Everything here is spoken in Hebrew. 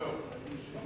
קהילתיים),